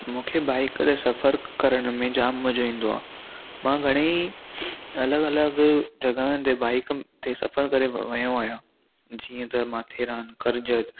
मूंखे बाइक ते सफ़र करण में जाम मज़ो ईंदो आहे मां घणेई अलॻि अलॻि जॻहयुनि ते बाइक ते सफ़रु करे वियो आहियां जीअं त माथेरान कर्जत